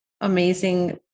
amazing